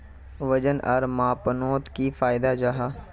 वजन आर मापनोत की फायदा जाहा?